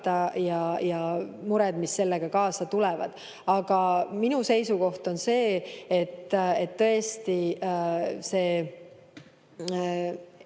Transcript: muredega, mis sellega kaasa tulevad. Aga minu seisukoht on see, et tõesti see